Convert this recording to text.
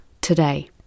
today